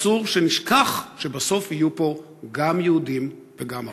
אסור שנשכח שבסוף יהיו פה גם יהודים וגם ערבים.